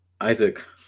Isaac